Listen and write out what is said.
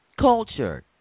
culture